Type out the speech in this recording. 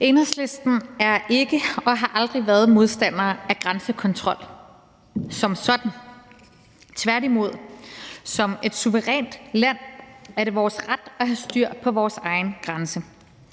Enhedslisten er ikke og har aldrig været modstandere af grænsekontrol som sådan, tværtimod. Som et suverænt land er det vores ret at have styr på vores egen grænse.